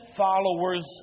followers